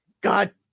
God